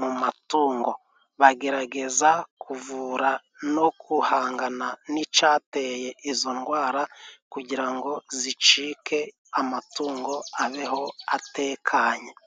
mu matungo, bagerageza kuvura no guhangana n'icateye izo ndwara, kugira ngo zicike amatungo abeho atekanye.